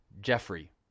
Jeffrey